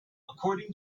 according